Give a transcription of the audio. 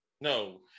No